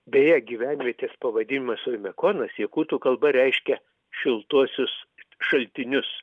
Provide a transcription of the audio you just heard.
beje gyvenvietės pavadinimas oimekonas jakutų kalba reiškia šiltuosius šaltinius